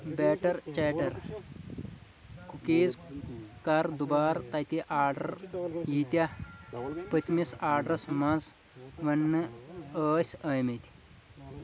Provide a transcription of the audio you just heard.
better چیٹر cookies کر دُبارٕ تتہِ آرڈر ییٖتیٚاہ پٔتمِس آرڈَس مَنٛز وننہٕ ٲسۍ آمٕتۍ